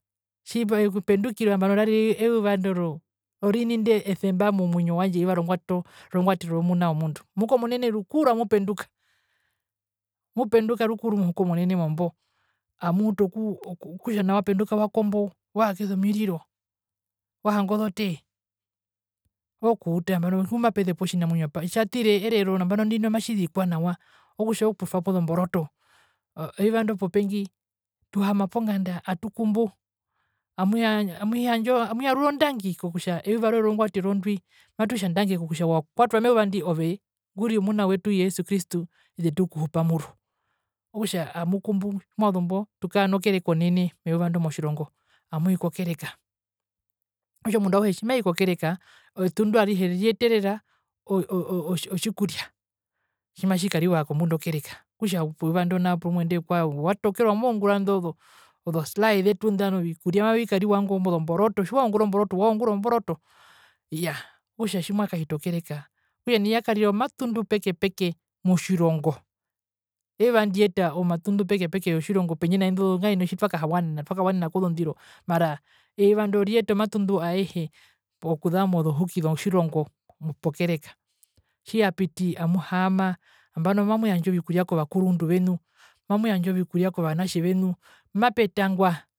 Tji ependukirwa arire eyuva ndo roo orini indesemba momwinyo wandje rongwatero yomuna womundu muhukomunene rukuru amupenduka amupenduka rukuru muhukomunene amuutu okuu okutja nao mwapenduka mwakombo mwakisa omiriro wahanga ozotee okutja nambano tjimapezepwa otjinamwinyo okutja otjinamwinyo tjatire erero nambano ndino matjizikwa nawa okutja ookutwapo zomborotoeyuva ndo popengi tuhaama ponganda atukumbu amuyandja amu amuyarura ondangi kokutja eyuva rwee rongwatero ndi matutja ndangi kokutja wakwatwa meyuva ndi ove nguri omuna wetu jesu kristu ete tuyekuhupa muro okutja amukumbu tjitwazumbo tukara nokereka onene meuva ndo motjirongo amwi kokereka okutja omundu auhe tjimai kokereka etundu arihe riyeterera oo oo otjikuria tjimatjikariwa kombunda okereka okutja euvando nao inde kwao watokerwa amoungura indo zoslaai ovikuria mbimavikariwa ngo ozomboroto tjiwaungura omboroto waungura omboroto iyaa okutja tjimwakahita okereka okutja nai yakarira omatundu peke peke motjirongo eeuva ndiyeta omatundu peke peke yotjirongo pendje naindo tjitwakawana twakawanena kozondiro mara euva ndo riyeta omatundu aehe okuza mozohuki zotjirongo pokereka tjiyapiti amuhaama nambano mamuyandja ovikuria kovakurundu venu mamuyandja kovanatje venu mapetangwa.